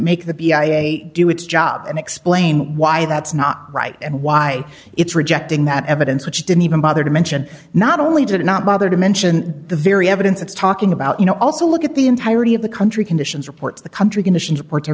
make the b i a do its job and explain why that's not right and why it's rejecting that evidence which didn't even bother to mention not only did it not bother to mention the very evidence it's talking about you know also look at the entirety of the country conditions reports the country conditions report